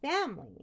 family